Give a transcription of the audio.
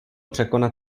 překonat